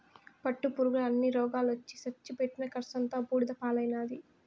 పట్టుపురుగుల అన్ని రోగాలొచ్చి సచ్చి పెట్టిన కర్సంతా బూడిద పాలైనాది